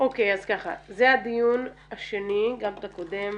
גם את הקודם